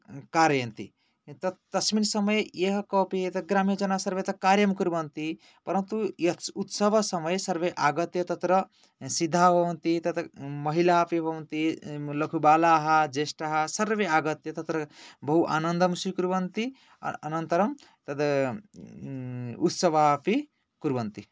कारयन्ति तत् तस्मिन् समये य कोऽपि एतद् ग्रामे जना सर्वे तत्कार्यं कुर्वन्ति परन्तु यत् उत्सवसमये सर्वे आगत्य तत्र सद्धा भवन्ति तत् महिला अपि भवन्ति लघुबाला ज्येष्ठा सर्वेऽपि आगत्य तत्र बहु आनन्दं स्वीकुर्वन्ति अनन्तरं तद् उत्सवाः अपि कुर्वन्ति